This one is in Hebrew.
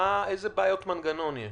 איזה בעיות מנגנון יש?